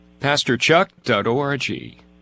PastorChuck.org